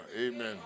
Amen